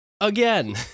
again